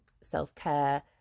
self-care